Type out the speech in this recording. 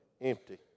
Empty